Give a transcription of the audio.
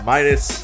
Minus